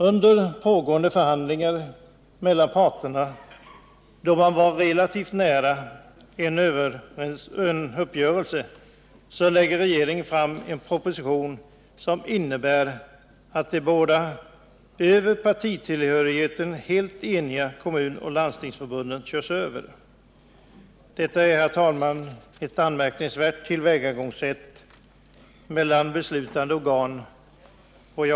Under pågående förhandlingar mellan parterna, då man var relativt nära en uppgörelse, lägger regeringen fram en proposition som innebär att de båda över partitillhörigheten helt eniga kommunoch landstingsförbunden körs över. Detta är, herr talman, ett anmärkningsvärt tillvägagångssätt mellan beslutande organ.